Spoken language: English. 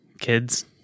kids